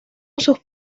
sus